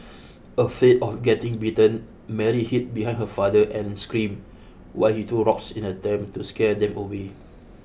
afraid of getting bitten Mary hid behind her father and screamed while he threw rocks in attempt to scare them away